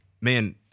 man